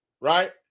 right